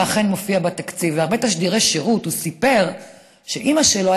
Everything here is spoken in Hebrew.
ואכן מופיע בתקציב: בהרבה תשדירי שירות הוא סיפר שאימא שלו,